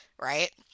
right